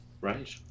Right